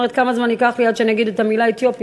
אומרת: כמה זמן ייקח לי עד שאני אגיד את המילה "אתיופים".